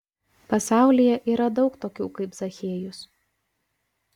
pasaulyje yra daug tokių kaip zachiejus